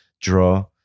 draw